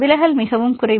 விலகல் மிகவும் குறைவு